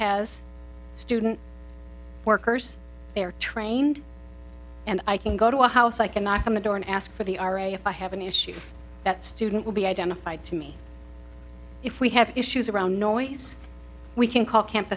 has student workers they're trained and i can go to a house i can knock on the door and ask for the ira if i have an issue that student will be identified to me if we have issues around noise we can call camp